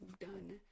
done